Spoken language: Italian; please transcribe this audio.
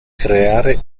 creare